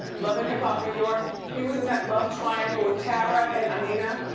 love and hip hop new york. he was in that love triangle with tara and amina.